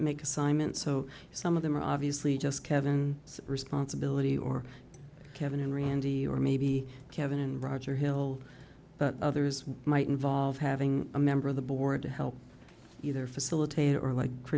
make assignments so some of them are obviously just kevin responsibility or kevin and randy or maybe kevin and roger hill but others might involve having a member of the board to help either facilitate or like for